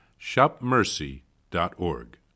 shopmercy.org